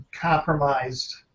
compromised